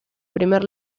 primer